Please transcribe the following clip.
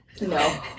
No